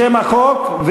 שם החוק,